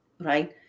Right